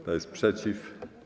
Kto jest przeciw?